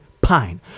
PINE